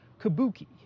Kabuki